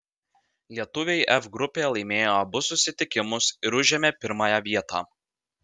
lietuviai f grupėje laimėjo abu susitikimus ir užėmė pirmąją vietą